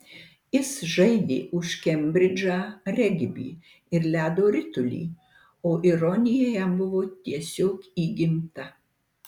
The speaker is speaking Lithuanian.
jis žaidė už kembridžą regbį ir ledo ritulį o ironija jam buvo tiesiog įgimta